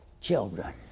children